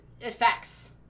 effects